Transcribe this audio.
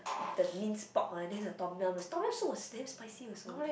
the minced pork one then the Tom-yum the Tom-yum soup was damn spicy also